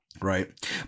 Right